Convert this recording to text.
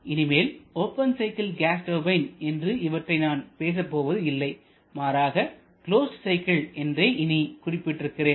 இனிமேல் open cycle gas turbine என்று இவற்றை நான் பேசப் போவது இல்லை மாறாக க்ளோஸ்டு சைக்கிள் என்றே இனி குறிப்பிட்டிருக்கிறேன்